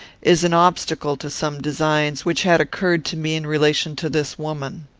is an obstacle to some designs which had occurred to me in relation to this woman.